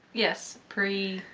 yes, pre.